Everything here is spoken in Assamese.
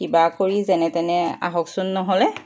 কিবা কৰি যেনে তেনে আহকচোন নহ'লে